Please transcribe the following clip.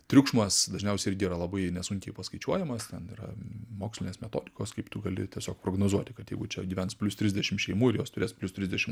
triukšmas dažniausiai irgi yra labai nesunkiai paskaičiuojamas ten yra mokslinės metodikos kaip tu gali tiesiog prognozuoti kad jeigu čia gyvens plius trisdešim šeimų ir jos turės plius trisdešim